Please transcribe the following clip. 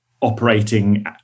operating